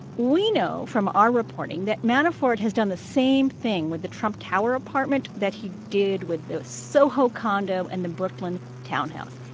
we know from our reporting that manafort has done the same thing with the trump tower apartment that he did with the soho condo and the brooklyn townhouse.